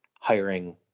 hiring